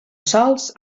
sols